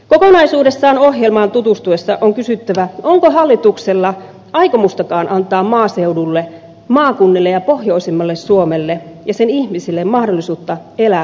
kokonaisuudessaan ohjelmaan tutustuessa on kysyttävä onko hallituksella aikomustakaan antaa maaseudulle maakunnille ja pohjoisimmalle suomelle ja sen ihmisille mahdollisuutta elää tasa arvoista elämää